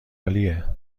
عالیه